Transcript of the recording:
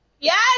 Yes